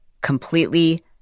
completely